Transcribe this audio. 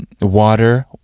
water